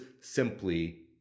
simply